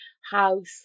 house